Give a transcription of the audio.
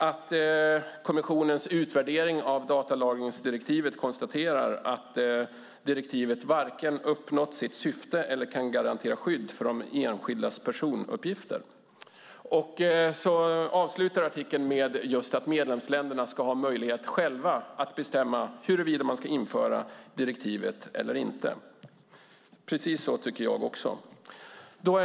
Att kommissionens utvärdering av datalagringsdirektivet konstaterar att direktivet varken uppnått sitt syfte eller kan garantera skydd för enskildas personuppgifter är också sant. Artikeln avslutas med att medlemsländerna ska ha möjlighet att själva bestämma om de ska införa direktivet eller inte. Precis så tycker jag också.